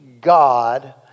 God